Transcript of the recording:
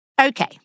Okay